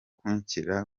kunshyigikira